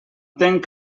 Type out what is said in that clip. tenc